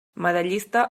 medallista